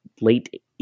late